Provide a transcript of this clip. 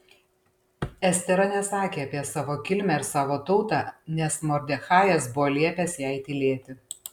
estera nesakė apie savo kilmę ir savo tautą nes mordechajas buvo liepęs jai tylėti